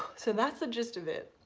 so that's the gist of it.